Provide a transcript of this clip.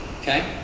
Okay